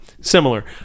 similar